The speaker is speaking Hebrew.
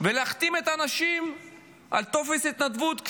ולהחתים את האנשים על טופס התנדבות,